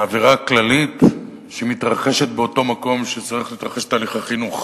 מהאווירה הכללית שמתרחשת באותו מקום שבו צריך להתרחש תהליך החינוך.